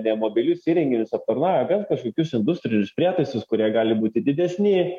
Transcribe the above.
ne mobilius įrenginius aptarnauja bet kažkokius industrinius prietaisus kurie gali būti didesni